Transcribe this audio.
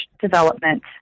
development